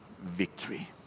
victory